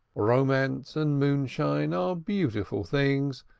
romance and moonshine are beautiful things,